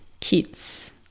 kids